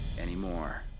anymore